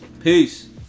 Peace